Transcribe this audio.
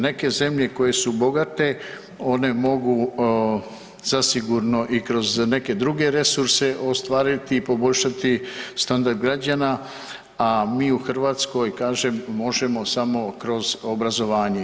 Neke zemlje koje su bogate one mogu zasigurno i kroz neke druge resurse ostvariti i poboljšati standard građana, a mi u Hrvatskoj kažem možemo samo kroz obrazovanje.